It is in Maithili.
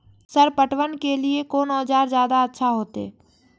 सर पटवन के लीऐ कोन औजार ज्यादा अच्छा होते?